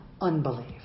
unbelief